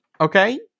Okay